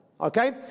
Okay